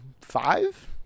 five